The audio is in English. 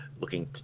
looking